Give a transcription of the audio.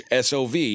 SOV